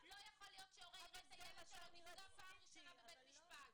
לא יכול להיות שהורה יראה את הילד שלו נפגע בפעם הראשונה רק בבית המשפט.